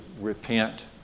repent